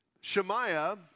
Shemaiah